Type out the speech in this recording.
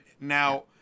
now